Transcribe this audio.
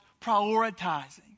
prioritizing